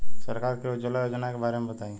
सरकार के उज्जवला योजना के बारे में बताईं?